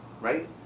right